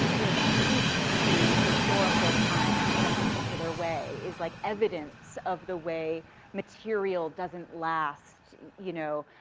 you know, speaks to historical time, in a particular way is, like evidence of the way material doesn't last, you know,